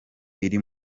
iri